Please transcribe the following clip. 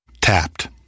Tapped